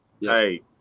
Hey